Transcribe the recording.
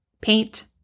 Paint